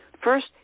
First